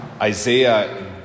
Isaiah